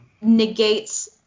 negates